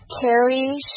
Carrie